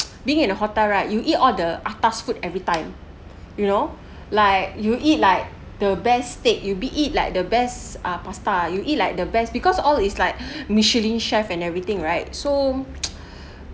being in a hotel right you eat all the atas food every time you know like you eat like the best steak you'll be eat like the best ah pasta you eat like the best because all is like michelin chef and everything right so